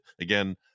again